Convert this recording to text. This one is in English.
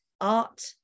art